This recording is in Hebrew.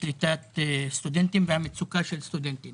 אבל כדי לקבל את המעמד של תושב חוזר אתם בוחנים כמה זמן היה או לא היה